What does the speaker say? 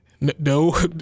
No